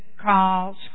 calls